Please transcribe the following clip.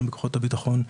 גם בכוחות הביטחון,